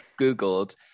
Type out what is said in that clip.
Googled